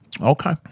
Okay